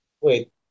wait